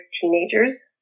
teenagers